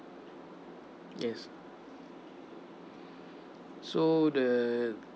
yes so the